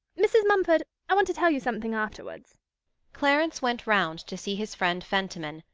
mrs. mumford, i want to tell you something afterwards clarence went round to see his friend fentiman,